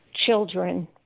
Children